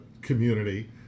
community